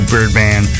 Birdman